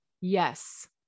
Yes